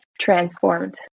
transformed